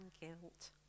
guilt